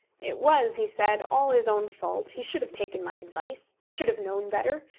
it was, he said, all his own fault. he should have taken my advice. he should have known better.